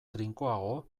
trinkoago